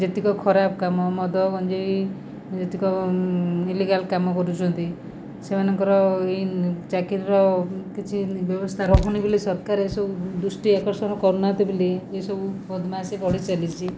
ଯେତିକ ଖରାପ କାମ ମଦ ଗଞ୍ଜେଇ ଯେତିକ ଇଲିଗାଲ୍ କାମ କରୁଛନ୍ତି ସେମାନଙ୍କର ଚାକିରିର କିଛି ବ୍ୟବସ୍ଥା ରହୁନି ବୋଲି ସରକାର ଏସବୁ ଦୃଷ୍ଟି ଆକର୍ଷଣ କରୁନାହାନ୍ତି ବୋଲି ଏସବୁ ବଦମାସି ବଢ଼ିଚାଲିଛି